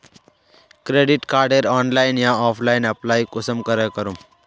Credit कार्डेर online या offline apply कुंसम करे करूम?